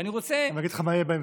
אני רוצה, אני אגיד לך מה יהיה בהמשך: